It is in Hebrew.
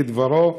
כדברו,